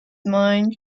mind